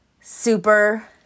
super